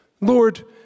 Lord